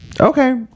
Okay